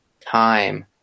time